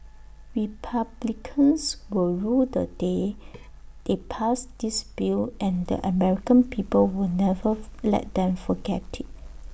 republicans will rue the day they passed this bill and the American people will never fu let them forget IT